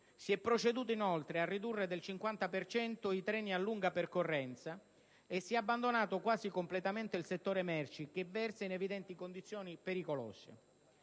Si è proceduto, inoltre, a ridurre del 50 per cento i treni a lunga percorrenza e si è abbandonato quasi completamente il settore merci, che versa in condizioni di